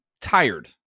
tired